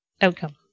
outcome